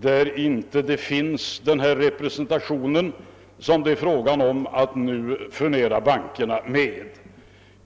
det inte finns en sådan representation som det nu är tal om att furnera bankerna med.